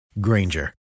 Granger